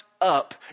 up